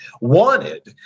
Wanted